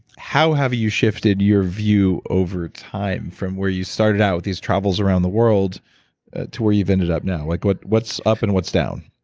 how have you shifted your view over time from where you started out with these travels around the world to where you've ended up now? like what's what's up and what's down?